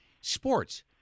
sports